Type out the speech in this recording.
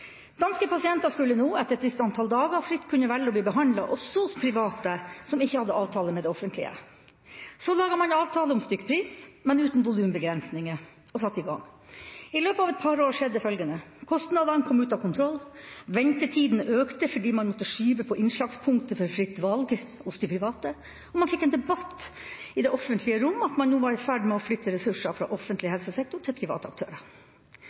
Danske pasienter skulle da etter et visst antall dager fritt kunne velge å bli behandlet også hos private som ikke hadde avtale med det offentlige. Så laget man en avtale om stykkpris, men uten volumbegrensninger, og satte i gang. I løpet av et par år skjedde følgende: Kostnadene kom ut av kontroll, ventetidene økte fordi man måtte skyve på innslagspunktet for fritt valg hos de private, og man fikk en debatt i det offentlige rom om at man nå var i ferd med å flytte ressurser fra offentlig helsesektor til private aktører.